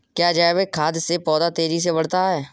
क्या जैविक खाद से पौधा तेजी से बढ़ता है?